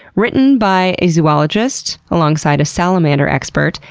written by a zoologist alongside a salamander expert,